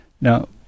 Now